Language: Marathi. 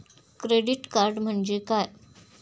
क्रेडिट कार्ड म्हणजे काय?